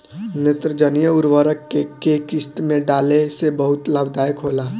नेत्रजनीय उर्वरक के केय किस्त में डाले से बहुत लाभदायक होला?